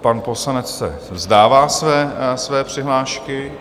Pan poslanec se vzdává své přihlášky.